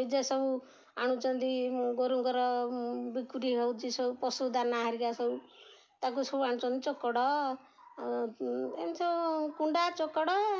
ନିଜେ ସବୁ ଆଣୁଛନ୍ତି ଗୋରୁଙ୍କର ବିକ୍ରି ହେଉଛି ସବୁ ପଶୁ ଦାନା ହରିକା ସବୁ ତାକୁ ସବୁ ଆଣୁଛନ୍ତି ଚୋକଡ଼ ଏମିତି ସବୁ କୁଣ୍ଡା ଚୋକଡ଼